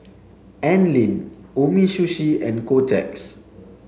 Anlene Umisushi and Kotex